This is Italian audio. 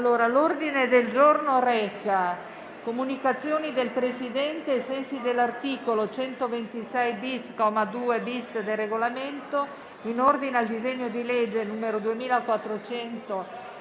L'ordine del giorno reca comunicazione del Presidente, ai sensi dell'articolo 126-*bis*, comma 2-*bis*, del Regolamento, in ordine al disegno di legge n. 2469